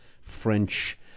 French